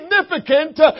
significant